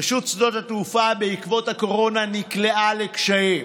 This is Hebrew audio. רשות שדות התעופה, בעקבות הקורונה, נקלעה לקשיים.